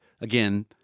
again